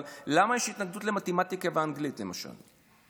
אבל למה יש התנגדות למתמטיקה ואנגלית, למשל?